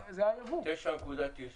זה --- 9.90 שקלים.